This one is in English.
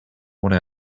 what